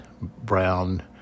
brown